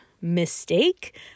mistake